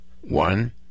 One